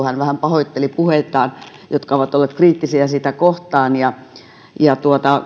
hän vähän pahoitteli puheitaan jotka ovat olleet kriittisiä sitä kohtaan ja ja